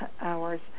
hours